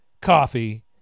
coffee